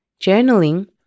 journaling